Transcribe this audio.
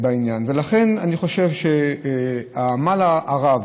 לכן, אני חושב שהעמל הרב,